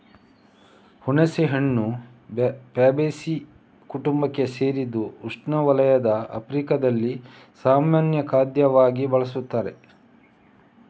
ಹುಣಸೆಹಣ್ಣು ಫ್ಯಾಬೇಸೀ ಕುಟುಂಬಕ್ಕೆ ಸೇರಿದ್ದು ಉಷ್ಣವಲಯದ ಆಫ್ರಿಕಾದಲ್ಲಿ ಸಾಮಾನ್ಯ ಖಾದ್ಯವಾಗಿ ಬಳಸುತ್ತಾರೆ